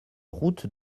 route